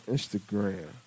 Instagram